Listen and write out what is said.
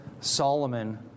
Solomon